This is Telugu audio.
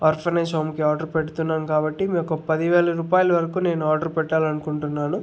ఆర్ఫనైజ్ హోమ్కి ఆర్డర్ పెడుతున్నాం కాబట్టి మీ యొక్క పదివేల రూపాయల వరకు నేను ఆర్డర్ పెట్టాలనుకుంటున్నాను